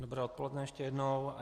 Dobré odpoledne, ještě jednou.